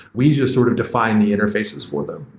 we just sort of define the interfaces for them.